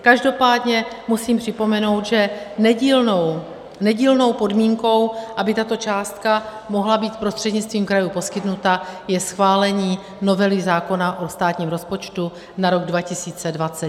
Každopádně musím připomenout, že nedílnou podmínkou, aby tato částka mohla být prostřednictvím krajů poskytnuta, je schválení novely zákona o státním rozpočtu na rok 2020.